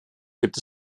gibt